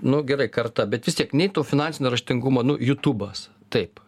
nu gerai karta bet vis tiek nei to finansinio raštingumo nu jutubas taip